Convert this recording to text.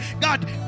God